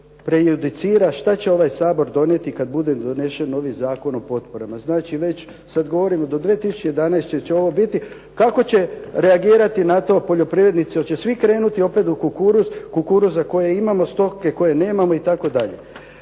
već prejudicira što će ovaj Sabor donijeti kad bude donesen novi Zakon o potporama. Znači već sad govorimo do 2011. će ovo biti. Kako će reagirati na to poljoprivrednici? Hoće svi krenuti opet u kukuruz? Kukuruza kojeg imamo, stoke koje nemamo i tako dalje.